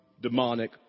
demonic